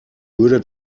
würde